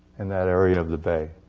in that area of the bay.